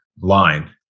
line